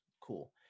Cool